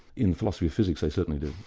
in philosophy of physics they certainly do.